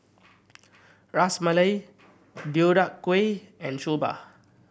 Ras Malai Deodeok Gui and Soba